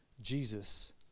Jesus